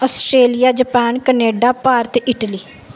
Australia Japan Canada Bharat Italy